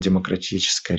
демократическая